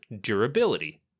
durability